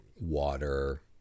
Water